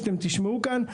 שאתם תשמעו כאן,